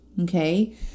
Okay